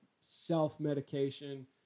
self-medication